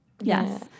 Yes